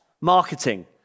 Marketing